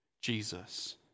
Jesus